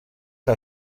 que